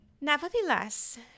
Nevertheless